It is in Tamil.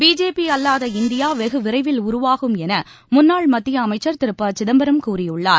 பிஜேபி அல்லாத இந்தியா வெகு விரைவில் உருவாகும் என முன்னாள் மத்திய அமைச்சர் திரு ப சிதம்பரம் கூறியுள்ளார்